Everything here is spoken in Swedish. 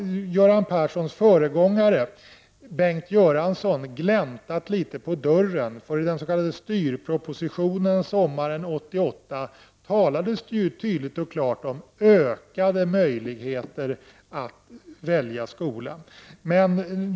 Göran Perssons föregångare, Bengt Göransson, har ju i detta sammanhang gläntat litet på dörren. I den s.k. styrpropositionen sommaren 1988 talades tydligt och klart om ökade möjligheter att välja skola.